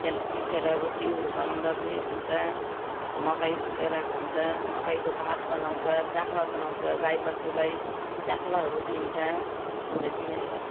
त्यसलाई पिसेर रोटीहरू बनाउँदा पनि हुन्छ मकै भुटेर खान्छ मकैको भात बनाउँछ च्याँख्ला बनाउँछ गाई वस्तुलाई च्याँख्लाहरू दिन्छ त्यति नै हो